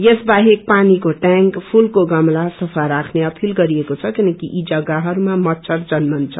यस बाहेक पानीको टयांक फूलको गमला सफा राख्ने अपील गरिएको छ किनकि यी जग्गाहरूमा मच्छर पैदा हुँदछ